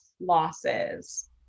losses